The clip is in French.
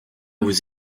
vous